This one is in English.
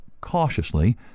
cautiously